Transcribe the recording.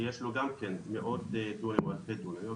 שיש לו גם כן מאות דונמים או אלפי דונמים,